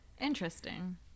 Interesting